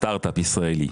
סטארט-אפ ישראלי,